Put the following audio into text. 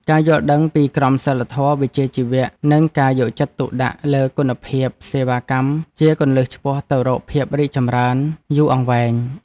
ការយល់ដឹងពីក្រមសីលធម៌វិជ្ជាជីវៈ និងការយកចិត្តទុកដាក់លើគុណភាពសេវាកម្មជាគន្លឹះឆ្ពោះទៅរកភាពរីកចម្រើនយូរអង្វែង។